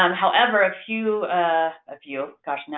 um however, a few a few? gosh, now,